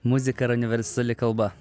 muzika yra universali kalba